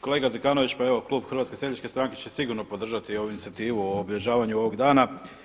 Kolega Zekanović pa evo klub HSS-a će sigurno podržati ovu inicijativu o obilježavanju ovog dana.